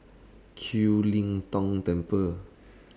Kiew Tong Temple